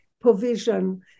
provision